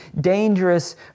dangerous